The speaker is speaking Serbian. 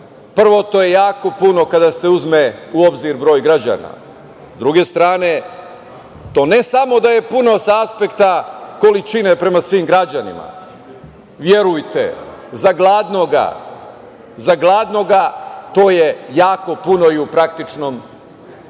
Prvo, to je jako puno kada se uzme u obzir broj građana. S druge strane, to ne samo da je puno sa aspekta količine prema svim građanima. Verujte, za gladnoga, za gladnoga, to je jako puno i u praktičnom smislu.Zašto